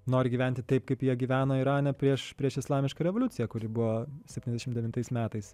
nori gyventi taip kaip jie gyveno irane prieš prieš islamišką revoliuciją kuri buvo septyniasdešimt devintais metais